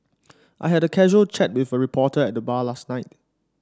I had a casual chat with a reporter at the bar last night